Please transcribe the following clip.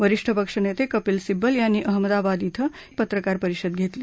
वरिष्ठ पक्षनेते कपिल सिब्बल यांनी अहमदाबाद इथं एक पत्रकार परिषद घेतली